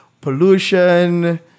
pollution